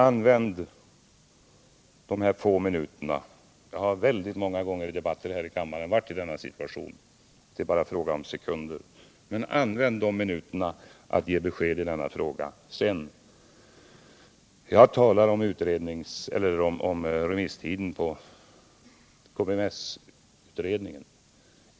Använd dessa få minuter — jag har under väldigt många gånger i debatter här i kammaren befunnit mig i den situationen att det är fråga om sekunder — till att ge besked i denna fråga! Jag talar om remisstiden för KBS-utredningen.